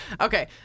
Okay